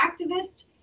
activists